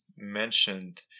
mentioned